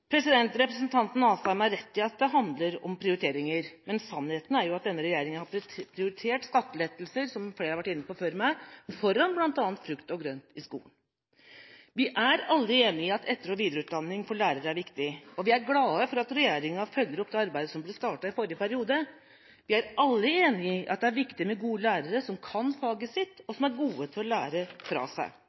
pærer. Representanten Asheim har rett i at det handler om prioriteringer, men sannheten er jo at denne regjeringa har prioritert skattelettelser, som flere har vært inne på før meg, foran bl.a. frukt og grønt i skolen. Vi er alle enige i at etter- og videreutdanning for lærere er viktig. Vi er glad for at regjeringa følger opp det arbeidet som ble startet i forrige periode. Vi er alle enige i at det er viktig med gode lærere som kan faget sitt, og som er gode til å lære fra seg.